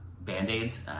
Band-Aids